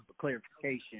clarification